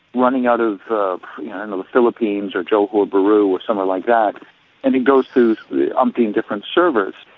running out of the philippines or johor bahru or somewhere like that, and it goes through through umpteen different servers,